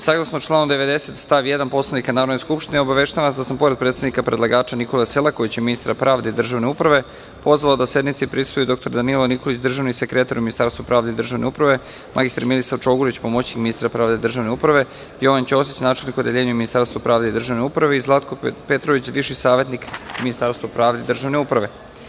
Saglasno članu 90. stav 1. Poslovnika Narodne skupštine, obaveštavam vas da sam, pored predstavnika predlagača Nikole Selakovića, ministra pravde i državne uprave, pozvao da sednici prisustvuju i: dr Danilo Nikolić, državni sekretar u Ministarstvu pravde i državne uprave, mr Milisav Čogurić, pomoćnik ministra pravde i državne uprave, Jovan Ćosić, načelnik u Odeljenju Ministarstva pravde i državne uprave i Zlatko Petrović, viši savetnik u Ministarstvu pravde i državne uprave.